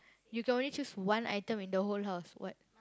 you can only choose one item in the whole house what